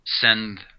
send –